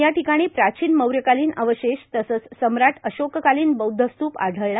या ठिकाणी प्राचीन मौर्यकालीन अवशेष तसंच सम्राट अशोककालीन बौद्ध स्तूप आढळला